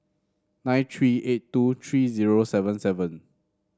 nine three eight two three zero seven seven